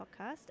Podcast